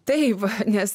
taip nes